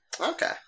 Okay